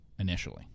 initially